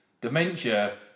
dementia